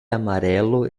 amarelo